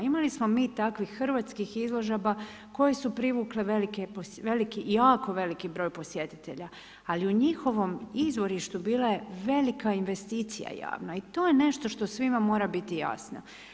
Imali smo mi takvih hrvatskih izložaba koje su privukle veliki, jako veliki broj posjetitelja, ali u njihovom izvorištu bila je velika investicija javna i to je nešto što svima mora biti jasno.